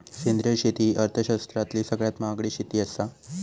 सेंद्रिय शेती ही अर्थशास्त्रातली सगळ्यात महागडी शेती आसा